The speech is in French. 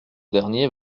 dernier